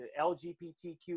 LGBTQ